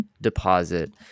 deposit